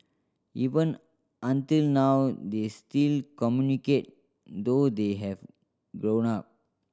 even until now they still communicate though they have grown up